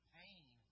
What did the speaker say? pain